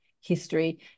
history